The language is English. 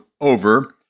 over